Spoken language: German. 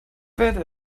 während